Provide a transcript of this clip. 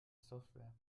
software